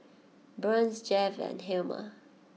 Burns Jeff and Helmer